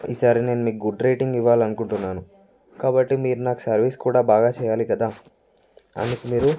ఈసారి నేను మీకు గుడ్ రేటింగ్ ఇవ్వాలి అనుకుంటున్నాను కాబట్టి మీరు నాకు సర్వీస్ కూడా బాగా చేయాలి కదా అందుకు మీరు